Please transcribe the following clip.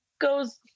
goes